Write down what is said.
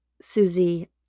Susie